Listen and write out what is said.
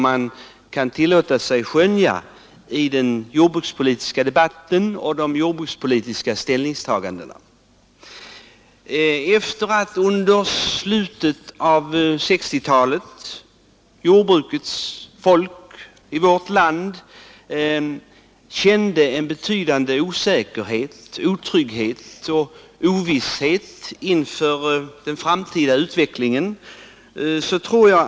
Under slutet av 1960-talet kände jordbrukets folk i vårt land en betydande osäkerhet, otrygghet och ovisshet inför den framtida utvecklingen.